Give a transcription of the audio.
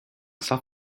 self